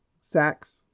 sacks